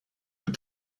but